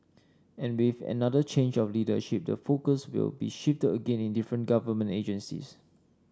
and with another change of leadership the focus will be shifted again in different government agencies